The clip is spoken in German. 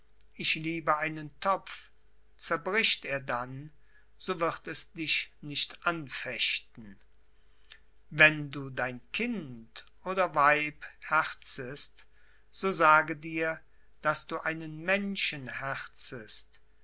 ich liebe einen topf zerbricht er dann so wird es dich nicht anfechten wenn du dein kind oder weib herzest so sage dir daß du einen